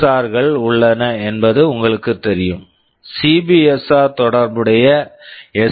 R SPSR கள் உள்ளன என்பது உங்களுக்குத் தெரியும் சிபிஎஸ்ஆர் CPSR தொடர்புடைய எஸ்